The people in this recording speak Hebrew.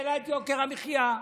העלה את יוקר המחיה,